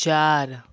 चार